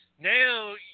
Now